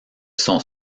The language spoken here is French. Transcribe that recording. son